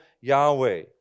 Yahweh